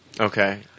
Okay